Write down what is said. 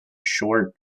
short